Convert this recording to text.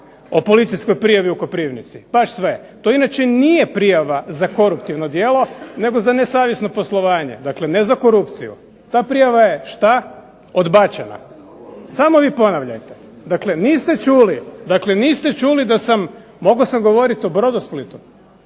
o policijskoj prijavi u Koprivnici. Baš sve. To inače nije prijava za koruptivno djelo, nego za nesavjesno poslovanje. Dakle ne za korupciju. Ta prijava je šta? Odbačena. Samo vi ponavljajte. Dakle niste čuli da sam, mogao sam govoriti o Brodosplitu,